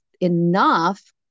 enough